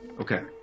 Okay